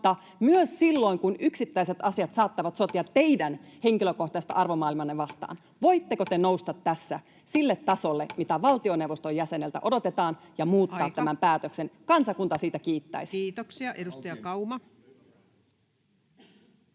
kun yksittäiset asiat saattavat sotia teidän henkilökohtaista arvomaailmaanne vastaan. Voitteko te nousta tässä sille tasolle, mitä valtioneuvoston jäseneltä odotetaan, [Puhemies: Aika!] ja muuttaa tämän päätöksen? Kansakunta siitä kiittäisi. [Kimmo Kiljunen: